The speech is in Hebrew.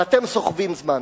ואתם סוחבים זמן.